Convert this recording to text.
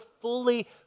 fully